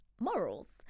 morals